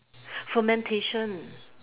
fermentation